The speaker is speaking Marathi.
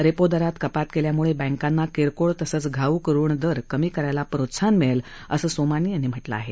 रेपो दरात कपात केल्यामुळे बँकांना किरकोळ तसंच घाऊक ऋण दर कमी करायला प्रोत्साहन मिळेल असं सोमानी यांनी म्हटलं आहे